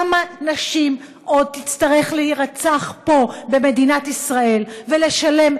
כמה נשים עוד יצטרכו להירצח פה במדינת ישראל ולשלם